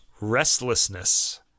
restlessness